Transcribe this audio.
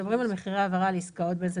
יש את קבוצת האם שאתה מדבר עליה.